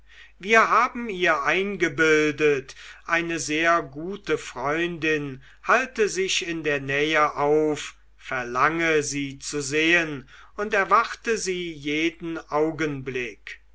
wir haben ihr eingebildet eine sehr gute freundin halte sich in der nähe auf verlange sie zu sehen und erwarte sie jeden augenblick